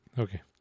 okay